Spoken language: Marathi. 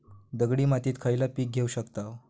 दगडी मातीत खयला पीक घेव शकताव?